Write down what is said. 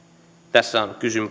tässä on